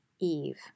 Eve